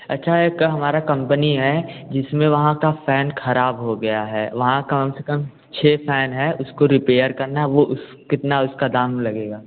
अच्छा एक हमारी कंपनी है जिसमें वहाँ का फ़ैन ख़राब हो गया है वहाँ कम से कम छः फ़ैन हैं उसको रिपेयर करना है वह उस कितना उसका दाम लगेगा